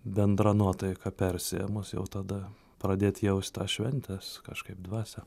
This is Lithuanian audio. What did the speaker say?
bendra nuotaika persiėmus jau tada pradėt jaust tą šventės kažkaip dvasią